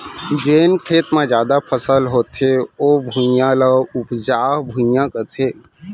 जेन खेत म जादा फसल होथे ओ भुइयां, ल उपजहा भुइयां कथें